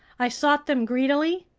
i sought them greedily,